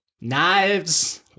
knives